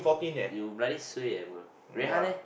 you bloody suay eh bro Rui-Han leh